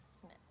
Smith